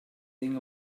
thing